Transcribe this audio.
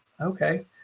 okay